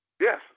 Yes